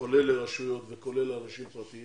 כולל לרשויות וכולל לאנשים פרטיים